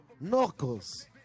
knuckles